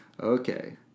Okay